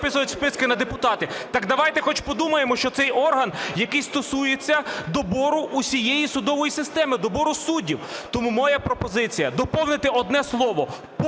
доповнити одне слово: